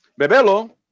Bebelo